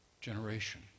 generation